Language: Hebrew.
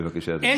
בבקשה, אדוני.